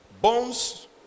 Bones